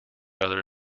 other